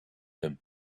him